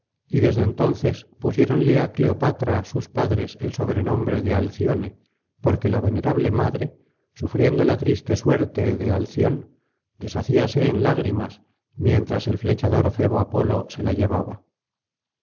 y desde entonces pusiéronle á cleopatra sus padres el sobrenombre de alcione porque la venerable madre sufriendo la triste suerte de alción deshacíase en lágrimas mientras el flechador febo apolo se la llevaba